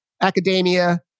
academia